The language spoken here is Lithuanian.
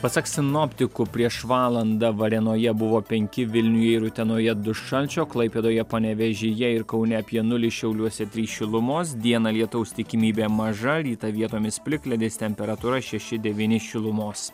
pasak sinoptikų prieš valandą varėnoje buvo penki vilniuje ir utenoje du šalčio klaipėdoje panevėžyje ir kaune apie nulį šiauliuose trys šilumos dieną lietaus tikimybė maža rytą vietomis plikledis temperatūra šeši devyni šilumos